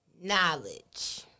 Knowledge